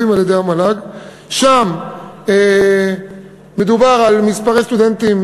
ושם מדובר על מספר סטודנטים